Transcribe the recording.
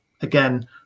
again